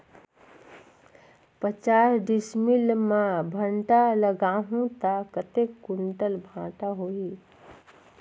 पचास डिसमिल मां भांटा लगाहूं ता कतेक कुंटल भांटा होही?